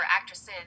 actresses